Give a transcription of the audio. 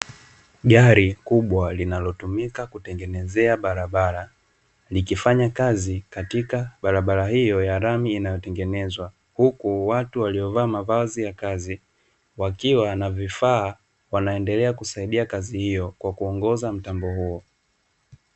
Gari kubwa linalotumika kutengenezea barabara likifanya kazi katika barabara hiyo ya lami inayotengenezwa huku watu waliovaa mavazi ya kazi wakiwa na vifaa wanaendelea kusaidia kazi hiyo kwa kuongoza mtambo huo.